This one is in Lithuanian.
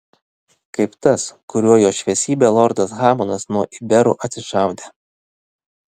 kaip tas kuriuo jo šviesybė lordas hamonas nuo iberų atsišaudė